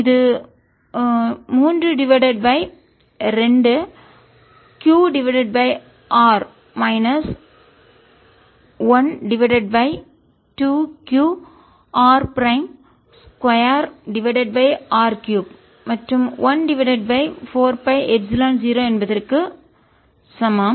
இது 3டிவைடட் by 2 QR minus one divided by 2 Qr prime 2R 3 மற்றும் 1 டிவைடட் பை 4 பை எப்சிலன் 0 என்பதாகும்